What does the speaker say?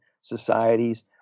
societies